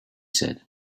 said